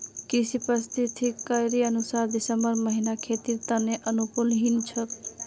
कृषि पारिस्थितिकीर अनुसार दिसंबर महीना खेतीर त न अनुकूल नी छोक